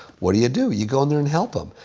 what do you do? you go in there and help them.